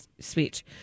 speech